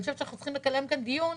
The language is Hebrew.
אני חושבת שאנחנו צריכים לקיים כאן דיון,